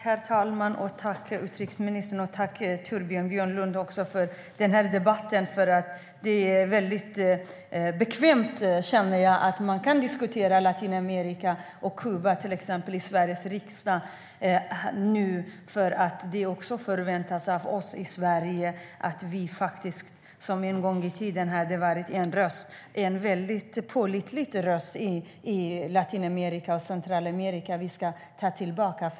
Herr talman! Jag tackar utrikesministern. Jag tackar också Torbjörn Björlund för denna möjlighet till debatt. Det är väldigt bekvämt, känner jag, att diskutera Latinamerika och Kuba nu, till exempel i Sveriges riksdag. Det förväntas också av oss i Sverige, som en gång i tiden var en väldigt pålitlig röst för Latinamerika och Centralamerika, att vi ska ta oss tillbaka dit.